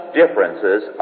differences